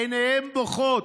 עיניהם בוכות.